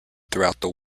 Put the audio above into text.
throughout